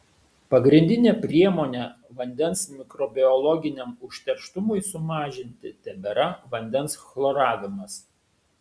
pagrindinė priemonė vandens mikrobiologiniam užterštumui sumažinti tebėra vandens chloravimas